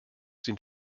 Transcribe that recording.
den